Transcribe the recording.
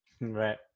Right